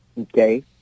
okay